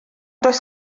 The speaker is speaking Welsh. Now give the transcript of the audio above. does